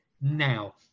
now